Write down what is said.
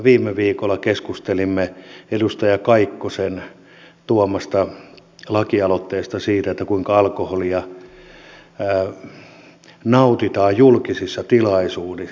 viime viikolla keskustelimme edustaja kaikkosen tuomasta lakialoitteesta siitä kuinka alkoholia nautitaan julkisissa tilaisuuksissa